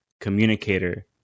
communicator